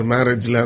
Marriage